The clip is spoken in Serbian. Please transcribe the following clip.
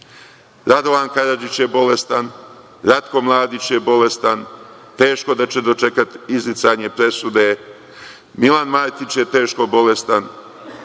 Radovan Karadžić je bolestan, Ratko Mladić je bolestan, teško da će dočekati izricanje presude, Milan Martić je teško bolestan,